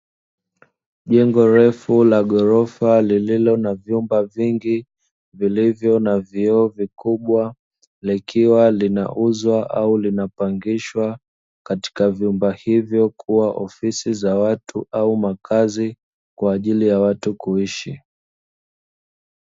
Jengo refu la ghorofa, lililo na vyumba vingi vilivyo na vioo vikubwa, likiwa linauzwa au linapangishwa katika vyumba hivyo kuwa ofisi za watu au makazi kwa ajili ya watu kuishi.